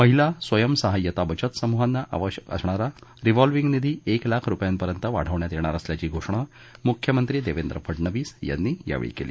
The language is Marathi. महिला स्वयं सहाय्यता बचत समुहांना आवश्यक असणारा रिव्हॉलव्हिंग निधी एक लाख रुपयांपर्यंत वाढवण्यात येणार असल्याची घोषणा मुख्यमंत्री देवेंद्र फडनवीस यांनी यावेळी केली